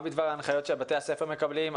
מה בדבר ההנחיות שבתי הספר מקבלים?